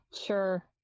sure